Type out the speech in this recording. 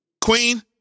Queen